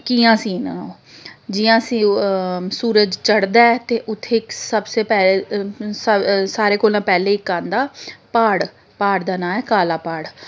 कि'यां सीन न ओह् जियां सूरज चढ़दा ऐ ते उत्थें इक सबले पैहले सारें कोला पैह्लें इक आंदा प्हाड़ प्हाड़ दा नांऽ ऐ काला प्हाड़